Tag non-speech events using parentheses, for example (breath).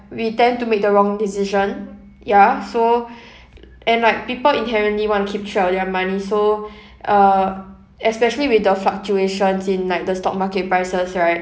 we tend to make the wrong decision ya so (breath) and like people inherently want to keep track of their money so uh especially with the fluctuations in like the stock market prices right